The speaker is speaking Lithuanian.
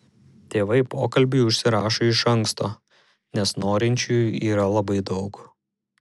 tėvai pokalbiui užsirašo iš anksto nes norinčiųjų yra labai daug